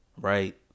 Right